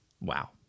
Wow